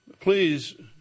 please